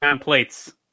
plates